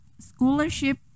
scholarship